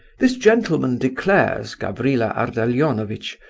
this gentleman declares, gavrila ardalionovitch,